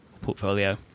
portfolio